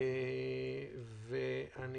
ואני